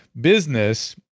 business